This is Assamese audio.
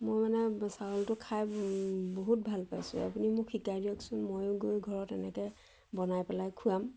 মই মানে চাউলটো খাই বহুত ভাল পাইছোঁ আপুনি মোক শিকাই দিয়কচোন ময়ো গৈ ঘৰত এনেকৈ বনাই পেলাই খুৱাম